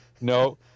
No